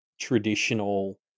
traditional